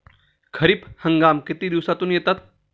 खरीप हंगाम किती दिवसातून येतात?